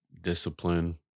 discipline